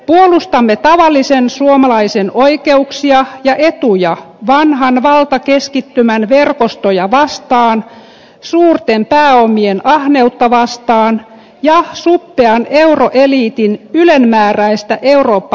puolustamme tavallisen suomalaisen oikeuksia ja etuja vanhan valtakeskittymän verkostoja vastaan suurten pääomien ahneutta vastaan ja suppean euroeliitin ylenmääräistä eurooppa ihastelua vastaan